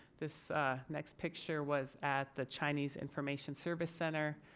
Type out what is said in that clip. this next picture was at the chinese information service center.